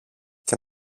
και